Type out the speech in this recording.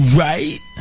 right